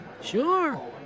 Sure